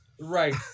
right